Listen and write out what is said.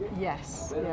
Yes